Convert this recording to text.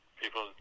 people